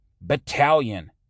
Battalion